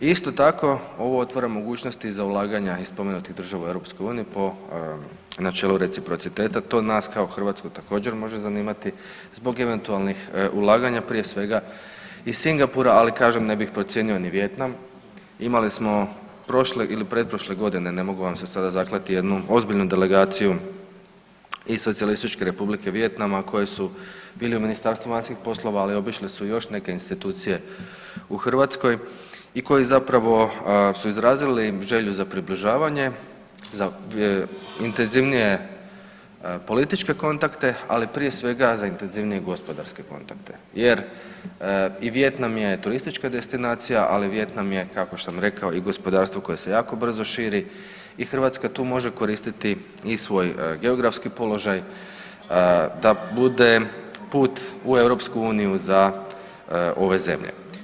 Isto tako, ovo otvara mogućnosti i za ulaganja iz spomenutih država u EU po načelu reciprociteta, to nas kao Hrvatsku također, može zanimati zbog eventualnih ulaganja, prije svega, iz Singapura, ali kažem, ne bih podcijenio ni Vijetnam, imali smo prošle ili pretprošle godine, ne mogu vam se sada zakleti, jednu ozbiljnu delegaciju iz SR Vijetnama koji su bili u Ministarstvu vanjskih poslova, ali obišli su još neke institucije u Hrvatskoj i koji zapravo su izrazili želju za približavanje za intenzivnije političke kontakte, ali prije svega, za intenzivnije gospodarske kontakte, jer i Vijetnam je turistička destinacija, ali Vijetnam je, kao što sam rekao i gospodarstvo koje se jako brzo širi i Hrvatska tu može koristiti i svoj geografski položaj da bude put u EU za ove zemlje.